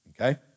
okay